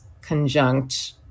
conjunct